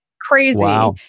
crazy